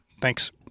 Thanks